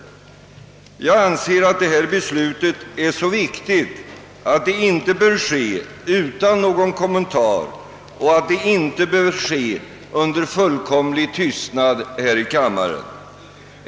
Jag anser att detta beslut är så viktigt att det inte bör fattas under fullständig tystnad utan någon kommentar här i kammaren.